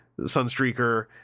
Sunstreaker